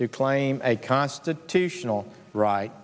to claim a constitutional right